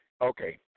Okay